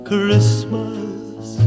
Christmas